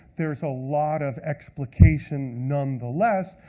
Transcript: there's a lot of explication, nonetheless,